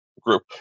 group